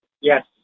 Yes